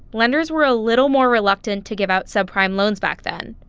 lenders were a little more reluctant to give out subprime loans back then.